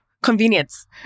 Convenience